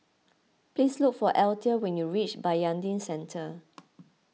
please look for Althea when you reach Bayanihan Centre